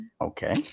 Okay